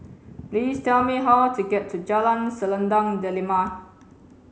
please tell me how to get to Jalan Selendang Delima